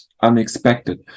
unexpected